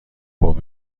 پمپ